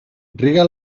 riega